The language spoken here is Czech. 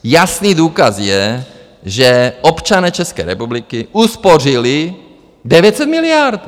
Jasný důkaz je, že občané České republiky uspořili 900 miliard.